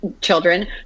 children